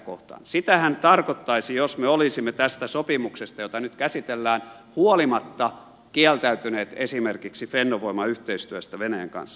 sitähän tarkoittaisi jos me olisimme tästä sopimuksesta jota nyt käsitellään huolimatta kieltäytyneet esimerkiksi fennovoima yhteistyöstä venäjän kanssa